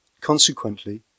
Consequently